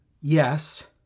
Yes